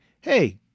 hey